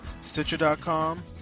Stitcher.com